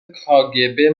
کاگب